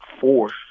force